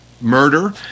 murder